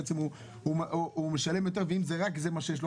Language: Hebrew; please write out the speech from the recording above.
בעצם הוא משלם יותר ואם זה רק מה שיש לו,